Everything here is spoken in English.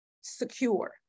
secure